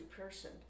person